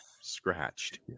Scratched